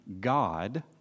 God